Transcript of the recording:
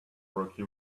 rocky